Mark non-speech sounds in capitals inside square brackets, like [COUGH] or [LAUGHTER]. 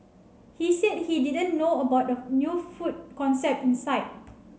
he said he didn't know about [UNINTELLIGIBLE] new food concept inside